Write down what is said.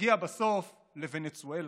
יגיע בסוף לוונצואלה.